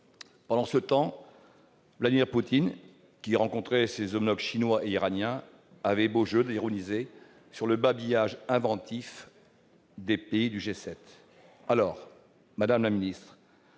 Pendant ce temps, Vladimir Poutine, qui rencontrait ses homologues chinois et iranien, avait beau jeu d'ironiser sur le « babillage inventif » des pays du G7. Madame la ministre,